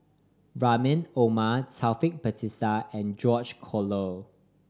Rahim Omar Taufik Batisah and George Collyer